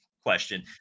question